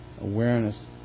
awareness